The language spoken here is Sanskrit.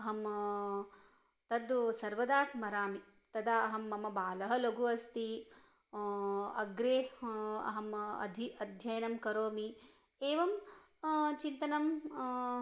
अहं तत् सर्वदा स्मरामि तदा अहं मम बालः लघु अस्ति अग्रे अहम् अधि अध्ययनं करोमि एवं चिन्तनं